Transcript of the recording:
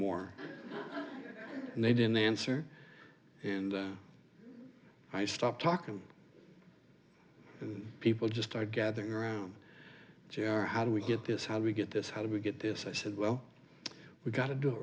and they didn't answer and i stopped talking and people just are gathering around jr how do we get this how do we get this how do we get this i said well we got to do it